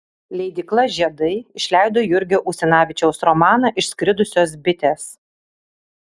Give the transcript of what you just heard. leidykla žiedai išleido jurgio usinavičiaus romaną išskridusios bitės